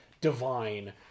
divine